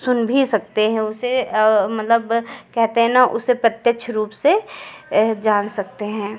सुन भी सकते हैं उसे और मतलब कहते हैं ना उसे प्रत्यक्ष रूप से यह जान सकते हैं